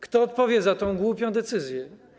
Kto odpowie za tę głupią decyzję?